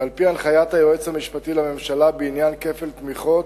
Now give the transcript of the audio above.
ועל-פי הנחיית היועץ המשפטי לממשלה בעניין כפל תמיכות,